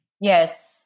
Yes